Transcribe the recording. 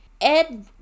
Ed